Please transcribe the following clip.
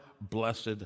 blessed